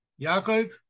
Yaakov